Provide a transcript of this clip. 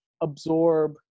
absorb